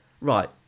right